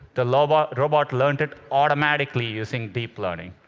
the robot robot learned it automatically using deep learning.